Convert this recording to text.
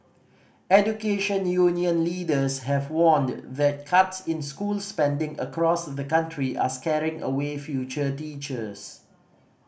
education union leaders have warned that cuts in school spending across the country are scaring away future teachers